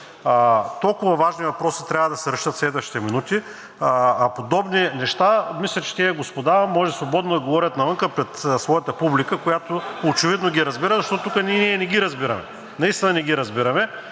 Толкова важни въпроси трябва да се решат в следващите минути, а подобни неща мисля, че тези господа може свободно да говорят навън пред своята публика, която очевидно ги разбира, защото тук ние не ги разбираме. (Реплики